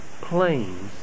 planes